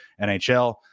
NHL